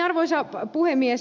arvoisa puhemies